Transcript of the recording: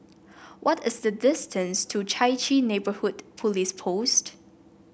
what is the distance to Chai Chee Neighbourhood Police Post